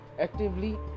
actively